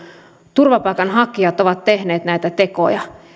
turvapaikanhakijat ovat tehneet näitä tekoja